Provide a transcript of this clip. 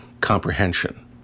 comprehension